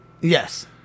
Yes